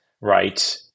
right